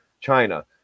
China